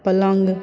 पलङ्ग